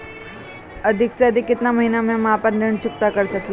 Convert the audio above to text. अधिक से अधिक केतना महीना में हम आपन ऋण चुकता कर सकी ले?